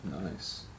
Nice